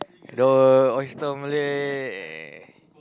the oyster omelette